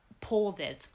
pauses